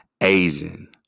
Asian